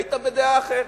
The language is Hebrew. היית בדעה אחרת?